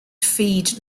feed